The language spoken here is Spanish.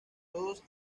todos